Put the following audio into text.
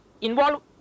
involve